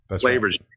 flavors